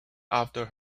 after